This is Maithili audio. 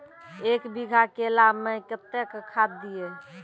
एक बीघा केला मैं कत्तेक खाद दिये?